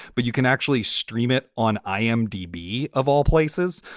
but you can actually stream it on. i am dbi of all places.